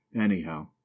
Anyhow